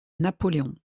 napoléon